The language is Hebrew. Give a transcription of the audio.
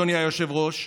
אדוני היושב-ראש,